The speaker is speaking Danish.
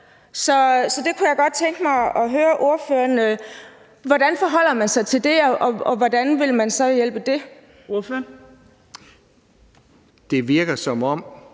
Så jeg kunne godt tænke mig at spørge ordføreren: Hvordan forholder man sig til det, og hvordan vil man så hjælpe i forhold